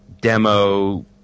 demo